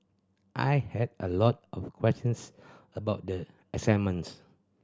I had a lot of questions about the assignments